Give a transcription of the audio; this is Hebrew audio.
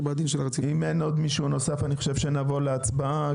אם אין עוד הערות נעבור להצבעה,